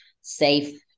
safe